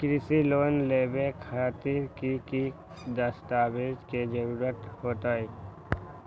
कृषि लोन लेबे खातिर की की दस्तावेज के जरूरत होतई?